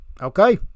Okay